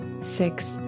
six